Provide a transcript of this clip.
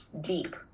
deep